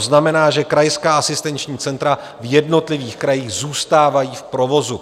To znamená, že krajská asistenční centra v jednotlivých krajích zůstávají v provozu.